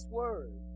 word